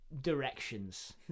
directions